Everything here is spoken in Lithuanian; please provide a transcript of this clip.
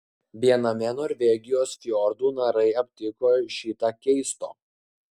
viename norvegijos fjordų narai aptiko šį tą keisto